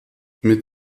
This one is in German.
mit